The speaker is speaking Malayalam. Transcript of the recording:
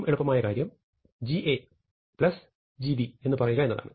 എളുപ്പമായ കാര്യം gAgB എന്ന് പറയുക എന്നതാണ്